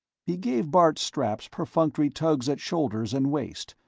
he gave bart's straps perfunctory tugs at shoulders and waist,